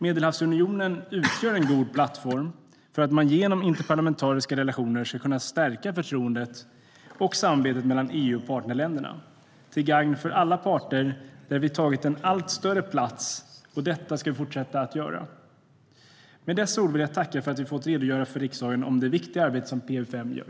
Medelhavsunionen utgör en god plattform för att man genom interparlamentariska relationer ska kunna stärka förtroendet och samarbetet mellan EU och partnerländerna, till gagn för alla parter, där vi har tagit en allt större plats. Det ska vi fortsätta att göra. Med dessa ord vill jag tacka för att vi har fått redogöra för riksdagen för det viktiga arbete som PA-UfM gör.